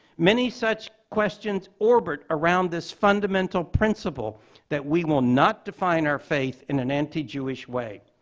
many such questions orbit around this fundamental principle that we will not define our faith and an anti-jewish way.